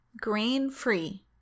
Grain-free